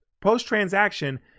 Post-transaction